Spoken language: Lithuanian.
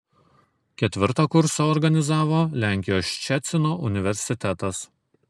ketvirtą kursą organizavo lenkijos ščecino universitetas